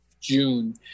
June